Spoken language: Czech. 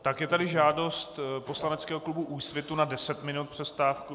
Takže je tady žádost poslaneckého klubu Úsvitu na 10 minut přestávky.. .